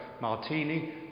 martini